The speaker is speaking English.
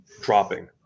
dropping